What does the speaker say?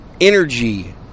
energy